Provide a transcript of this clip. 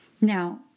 Now